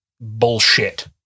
bullshit